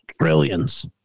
Trillions